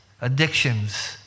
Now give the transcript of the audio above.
addictions